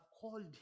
called